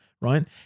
right